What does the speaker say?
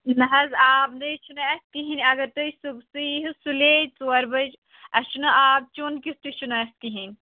نہ حظ آب نَے چھُنہٕ اَسہِ کِہیٖنۍ اگر تُہۍ صُبصٕے ییٖہِو صُلے ژورِ بَجہِ اَسہِ چھُنہٕ آب چیوٚن کیُتھ تہِ چھُنہٕ اَسہِ کِہیٖنۍ